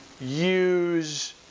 use